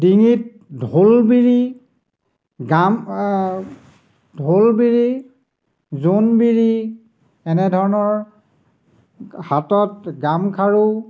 ডিঙিত ঢোলবিৰি গাম ঢোলবিৰি জোনবিৰি এনেধৰণৰ হাতত গামখাৰু